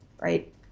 Right